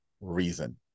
reason